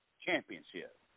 championship